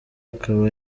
akaba